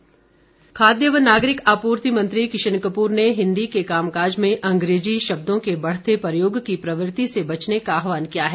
किशन कपूर खाद्य व नागरिक आपूर्ति मंत्री किशन कपूर ने हिंदी के कामकाज में अंग्रेजी शब्दों के बढ़ते प्रयोग की प्रवृति से बचने का आहवान किया है